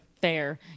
fair